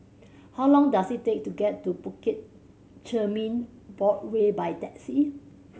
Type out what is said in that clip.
how long does it take to get to Bukit Chermin by taxi